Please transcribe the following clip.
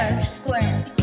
square